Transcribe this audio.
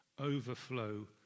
overflow